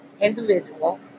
individual